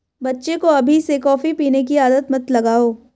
बच्चे को अभी से कॉफी पीने की आदत मत लगाओ